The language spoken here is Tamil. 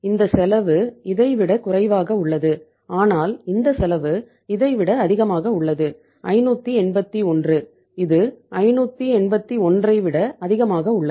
இந்த செலவு இதை விட குறைவாக உள்ளது ஆனால் இந்த செலவு இதை விட அதிகமாக உள்ளது 581 இது 581ஐ விட அதிகமாக உள்ளது